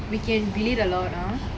we can relate a lot ah